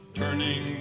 turning